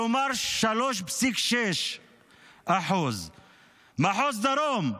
כלומר 3.6%. במחוז דרום,